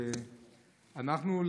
אנחנו,